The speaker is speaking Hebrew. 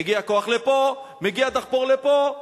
מגיע כוח לפה, מגיע דחפור לפה.